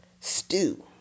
stew